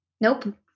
Nope